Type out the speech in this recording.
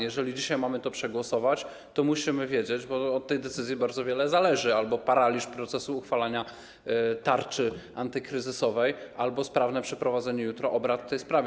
Jeżeli dzisiaj mamy to przegłosować, to musimy wiedzieć, bo od tej decyzji bardzo wiele zależy - albo paraliż procesu uchwalania tarczy antykryzysowej, albo sprawne przeprowadzenie jutro obrad w tej sprawie.